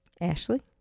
Ashley